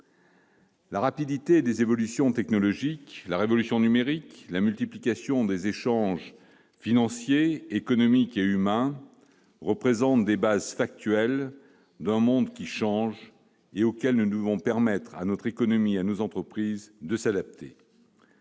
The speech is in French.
La rapidité des évolutions technologiques, la révolution numérique, la multiplication des échanges financiers, économiques et humains représentent des bases factuelles d'un monde qui change et auquel nous devons permettre à notre économie et à nos entreprises de s'adapter.